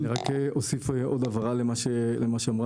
אוסיף עוד הבהרה לדברי אלה.